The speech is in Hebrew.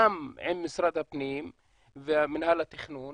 גם עם משרד הפנים ומינהל התכנון